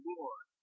Lord